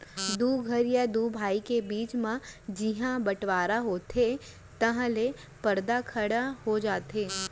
दू घर या दू भाई के बीच म जिहॉं बँटवारा होथे तहॉं ले परदा खड़े हो जाथे